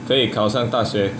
可以考上大学